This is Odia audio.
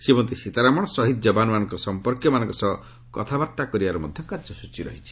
ଶ୍ରୀମତୀ ସୀତାରମଣ ଶହିଦ୍ ଯବାନମାନଙ୍କ ସମ୍ପର୍କୀୟମାନଙ୍କ ସହ କଥାବାର୍ତ୍ତା କରିବାର କାର୍ଯ୍ୟସ୍ତଚୀ ରହିଛି